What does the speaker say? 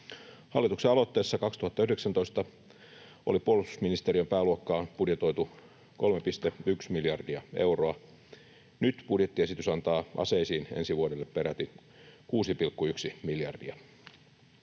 Hallituksen aloittaessa 2019 oli puolustusministeriön pääluokkaan budjetoitu 3,1 miljardia euroa; nyt budjettiesitys antaa aseisiin ensi vuodelle peräti 6,1 miljardia.